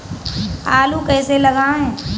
आलू कैसे लगाएँ?